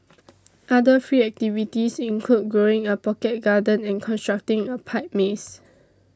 other free activities include growing a pocket garden and constructing a pipe maze